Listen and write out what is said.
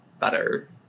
better